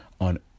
on